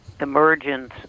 emergence